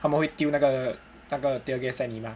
他们会丢那个那个 tear gas 在你吗